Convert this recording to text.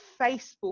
Facebook